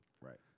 right